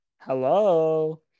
Hello